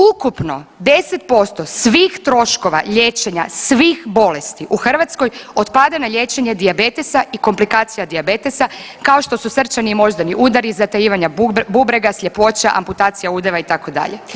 Ukupno 10% svih troškova liječenja svih bolesti u Hrvatskoj otpada na liječenje dijabetesa i komplikacija dijabetesa kao što su srčani i moždani udari, zatajivanja bubrega, sljepoća, amputacija udova itd.